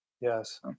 yes